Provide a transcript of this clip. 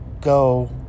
go